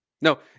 No